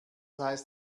heißt